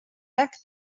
back